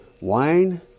Wine